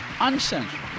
Uncensored